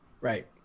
Right